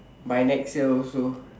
by next year also